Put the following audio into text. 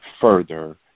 further